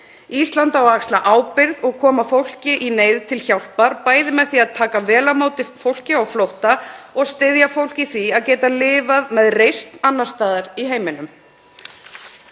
Ísland á að axla ábyrgð og koma fólki í neyð til hjálpar, bæði með því að taka vel á móti fólki á flótta og styðja fólk í því að geta lifað með reisn annars staðar í heiminum.